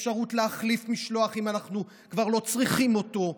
אפשרות להחליף משלוח אם אנחנו כבר לא צריכים אותו,